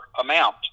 amount